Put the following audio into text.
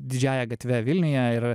didžiąja gatve vilniuje ir